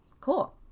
cool